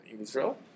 Israel